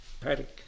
paddock